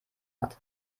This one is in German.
hat